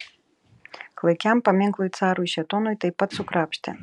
klaikiam paminklui carui šėtonui taip pat sukrapštė